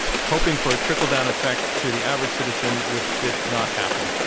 hoping for a trickle down effect to the average citizen which did not happen,